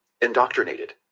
indoctrinated